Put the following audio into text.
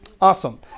Awesome